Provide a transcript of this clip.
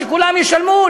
שכולם ישלמו,